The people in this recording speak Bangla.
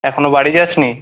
এখনও বাড়ি যাসনি